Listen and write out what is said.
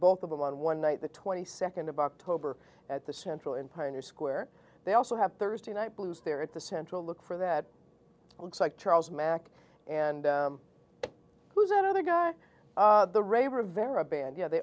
both of them on one night the twenty second of october at the central in pioneer square they also have thursday night blues there at the central look for that looks like charles mack and who's that other guy the raber vera band you know the